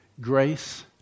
Grace